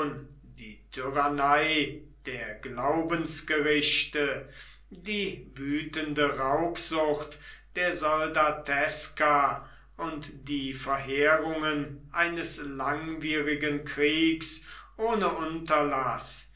die tyrannei der glaubensgerichte die wüthende raubsucht der soldateska und die verheerungen eines langwierigen kriegs ohne unterlaß